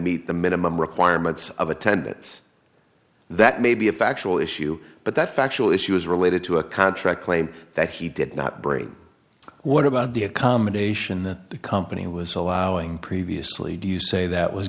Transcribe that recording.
meet the minimum requirements of attendance that may be a factual issue but that factual issues related to a contract claim that he did not break what about the accommodation that the company was allowing previously do you say that was